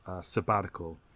sabbatical